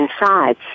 inside